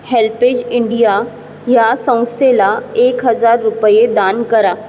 HelpAge India ह्या संस्थेला एक हजार रुपये दान करा